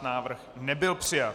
Návrh nebyl přijat.